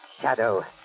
Shadow